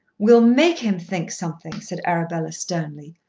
we'll make him think something, said arabella sternly.